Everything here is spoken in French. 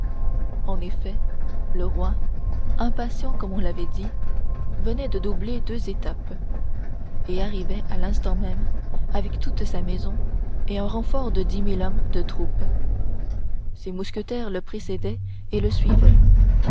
en effet le roi impatient comme on l'avait dit venait de doubler deux étapes et arrivait à l'instant même avec toute sa maison et un renfort de dix mille hommes de troupe ses mousquetaires le précédaient et le suivaient